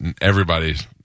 everybody's